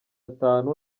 atanu